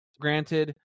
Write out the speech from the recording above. Granted